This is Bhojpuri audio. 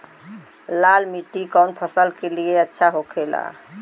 लाल मिट्टी कौन फसल के लिए अच्छा होखे ला?